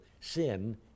sin